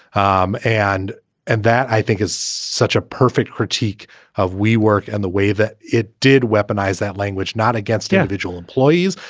um and and that i think is such a perfect critique of we work and the way that it did weaponize that language, not against our yeah vigil employees,